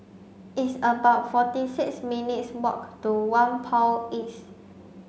it's about forty six minutes' walk to Whampoa East